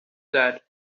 that